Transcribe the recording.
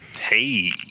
hey